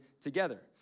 together